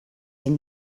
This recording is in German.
dem